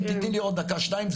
אם תתני לי עוד דקה או שתיים.